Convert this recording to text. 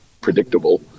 predictable